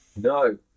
No